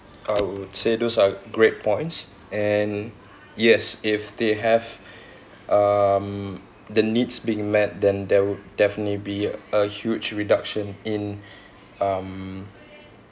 I'll say those are great points and yes if they have um the needs being met then there would definitely be a huge reduction in um